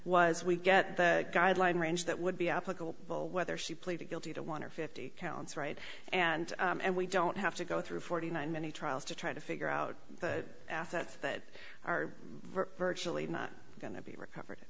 was we get the guideline range that would be applicable whether she pleaded guilty to one or fifty counts right and and we don't have to go through forty nine many trials to try to figure out the assets that are virtually not going to be recovered